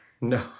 no